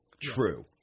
True